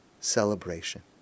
celebration